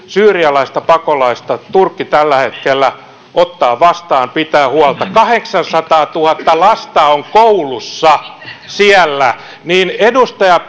syyrialaista pakolaista turkki tällä hetkellä ottaa vastaan pitää huolta kahdeksansataatuhatta lasta on koulussa siellä edustaja